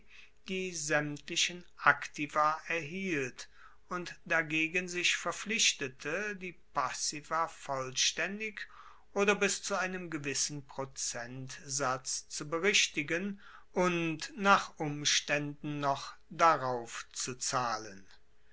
die saemtlichen aktiva erhielt und dagegen sich verpflichtete die passiva vollstaendig oder bis zu einem gewissen prozentsatz zu berichtigen und nach umstaenden noch daraufzuzahlen